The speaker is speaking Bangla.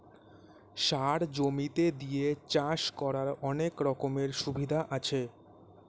সার জমিতে দিয়ে চাষ করার অনেক রকমের সুবিধা আছে